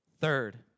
Third